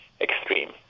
extreme